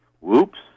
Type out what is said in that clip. Whoops